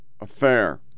affair